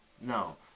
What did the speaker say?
No